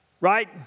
Right